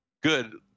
Good